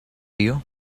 you